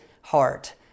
heart